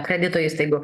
kredito įstaigų